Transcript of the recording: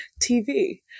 TV